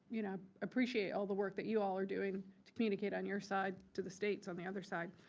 you know, appreciate all the work that you all are doing to communicate on your side to the states on the other side.